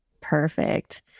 Perfect